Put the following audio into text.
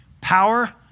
power